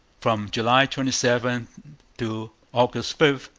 from july twenty seven to august five,